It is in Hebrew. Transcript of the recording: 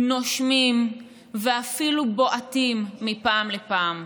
נושמים ואפילו בועטים מפעם לפעם,